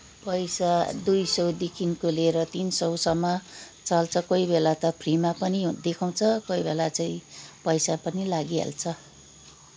पैसा दुई सौदेखिको लिएर तिन सौसम्म चल्छ कोही बेला त फ्रीमा पनि देखाउँछ कोही बेला चाहिँ पैसा पनि लागिहाल्छ